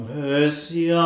mercy